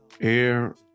Air